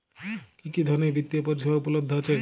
কি কি ধরনের বৃত্তিয় পরিসেবা উপলব্ধ আছে?